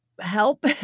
help